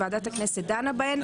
ועדת הכנסת דנה בהן.